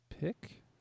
pick